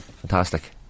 Fantastic